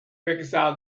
reconcile